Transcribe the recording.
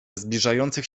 zbliżających